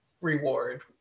reward